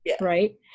Right